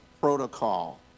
protocol